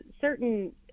certain